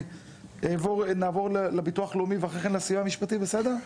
נעבור לביטוח הלאומי ואחרי כן לסיוע המשפטי, בסדר?